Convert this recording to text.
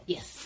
Yes